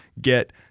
get